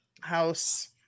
house